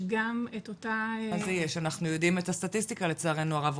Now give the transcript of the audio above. אנחנו יודעים את הסטטיסטיקה לצערנו הרב,